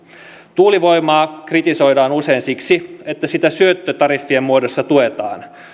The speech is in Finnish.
tuulivoimaa kritisoidaan usein siksi että sitä syöttötariffien muodossa tuetaan